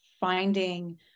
finding